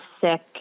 sick